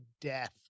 death